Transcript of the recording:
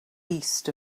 east